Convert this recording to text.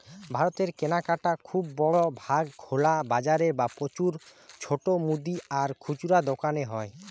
ভারতের কেনাকাটা খুব বড় ভাগ খোলা বাজারে বা প্রচুর ছোট মুদি আর খুচরা দোকানে হয়